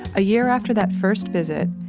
a year after that first visit,